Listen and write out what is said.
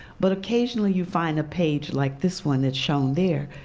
but occasionally you find a page, like this one that's shown there,